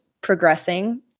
progressing